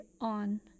on